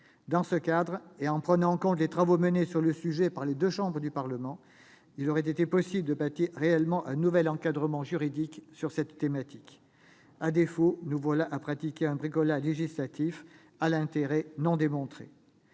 Dans ce cadre, et en prenant en compte les travaux menés sur le sujet par les deux chambres du Parlement, il aurait été possible de bâtir réellement un nouvel encadrement juridique. À défaut, nous voici contraints de pratiquer un bricolage législatif dont l'intérêt n'est pas démontré.